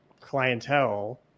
clientele